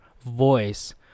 voice